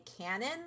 canon